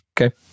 Okay